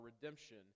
redemption